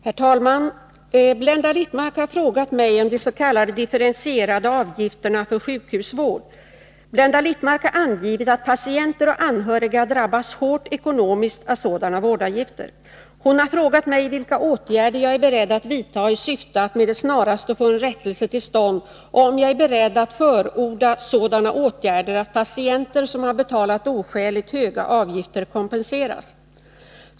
Herr talman! Blenda Littmarck har frågat mig om de s.k. differentierade avgifterna för sjukhusvård. Blenda Littmarck har angivit att patienter och anhöriga drabbas hårt ekonomiskt av sådana vårdavgifter. Hon har frågat mig vilka åtgärder jag är beredd att vidta i syfte att med det snaraste få en rättelse till stånd och om jag är beredd att förorda sådana åtgärder att patienter som har betalat oskäligt höga avgifter kompenseras.